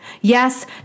Yes